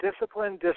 discipline